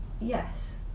Yes